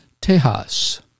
Texas